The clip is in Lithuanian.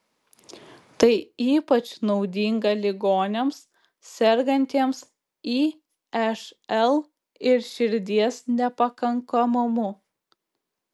tai ypač naudinga ligoniams sergantiems išl ir širdies nepakankamumu